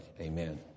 Amen